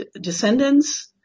descendants